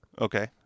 okay